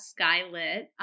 Skylit